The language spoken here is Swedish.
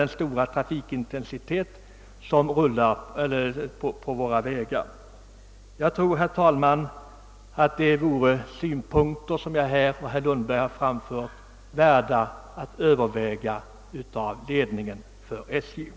De synpunkter som herr Lundberg framfört anser jag sålunda vara värda ett övervägande av statens järnvägars ledning.